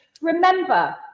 remember